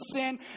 sin